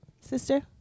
sister